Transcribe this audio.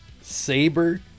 Sabre